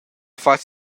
fatg